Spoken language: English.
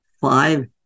five